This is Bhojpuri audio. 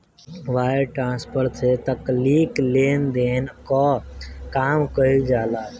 वायर ट्रांसफर से तात्कालिक लेनदेन कअ काम कईल जाला